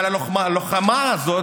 אבל הלחימה הזאת,